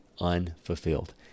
unfulfilled